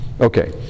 Okay